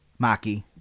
maki